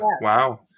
Wow